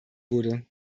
wurde